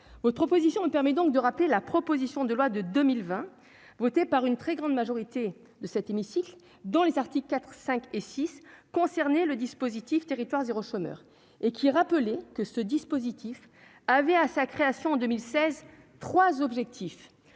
autre proposition permet donc de rappeler la proposition de loi de 2020 votée par une très grande majorité de cet hémicycle dans les sorties, IV, V et VI concernés le dispositif territoire zéro chômeur et qui rappelaient que ce dispositif avait à sa création en 2016 3 objectifs